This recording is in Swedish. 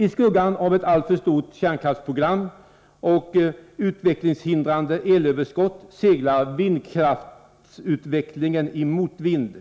I skuggan av ett alltför stort kärnkraftsprogram och utvecklingshindrande elöverskott seglar vindkraftsutvecklingen i motvind.